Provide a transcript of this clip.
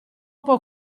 può